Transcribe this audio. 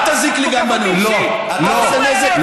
אתה עושה נזק.